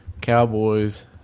Cowboys